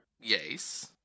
Yes